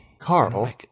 Carl